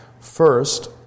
First